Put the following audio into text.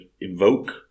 invoke